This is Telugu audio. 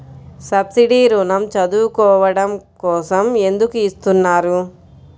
సబ్సీడీ ఋణం చదువుకోవడం కోసం ఎందుకు ఇస్తున్నారు?